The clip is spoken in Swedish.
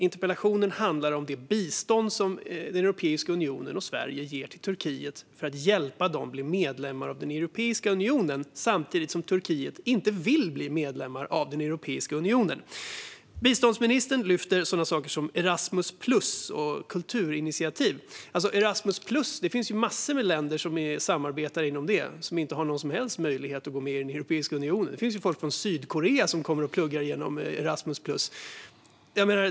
Interpellationen handlar om det bistånd som Europeiska unionen och Sverige ger till Turkiet för att hjälpa dem att bli medlem av Europeiska unionen, samtidigt som Turkiet inte vill bli medlem i Europeiska unionen. Biståndsministern tar upp sådant som Erasmus plus och kulturinitiativ. Erasmus plus är det massor av länder som samarbetar inom utan att de har någon som helst möjlighet att gå med i Europeiska unionen. Det finns folk från Sydkorea som pluggar genom Erasmus plus.